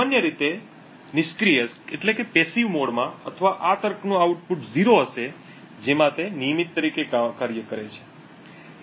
સામાન્ય રીતે નિષ્ક્રિય મોડમાં અથવા આ તર્કનું આઉટપુટ 0 હશે જેમાં તે નિયમિત તરીકે કાર્ય કરે છે